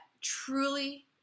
truly